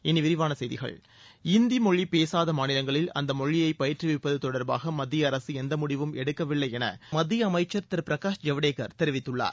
இனி விரிவான செய்திகள் இந்தி மொழி பேசாத மாநிலங்களில் அந்த மொழியை பயிற்றுவிப்பது தொடர்பாக மத்திய அரசு எந்த முடிவும் எடுக்கவில்லை என மத்திய அமைச்சர் திரு பிரகாஷ் ஜவுடேகர் தெரிவித்துள்ளார்